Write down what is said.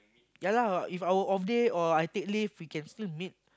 ya lah If I off day or I take leave we can still meet